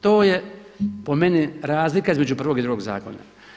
To je po meni razlika između prvog i drugog zakona.